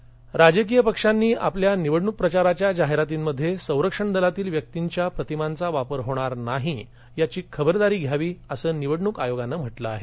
निवडणूक आयोग राजकीय पक्षांनी आपल्या निवडणूक प्रचाराच्या जाहिरातींमध्ये संरक्षण दलातील व्यक्तींच्या प्रतिमांचा वापर होणार नाही याची खबरदारी घ्यावी असं निवडणुक आयोगाने म्हटलं आहे